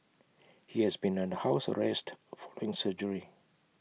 he has been under house arrest following surgery